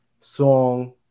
song